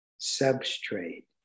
substrate